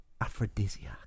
aphrodisiac